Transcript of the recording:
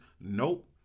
nope